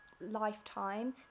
lifetime